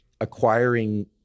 acquiring